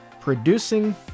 producing